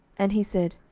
and he said,